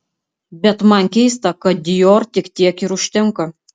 bet man keista kad dior tik tiek ir užtenka